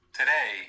today